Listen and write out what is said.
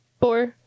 Four